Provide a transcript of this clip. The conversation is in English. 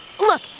Look